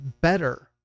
better